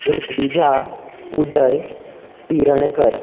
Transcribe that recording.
Rutvija Uday Pilarnkar